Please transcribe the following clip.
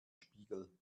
spiegel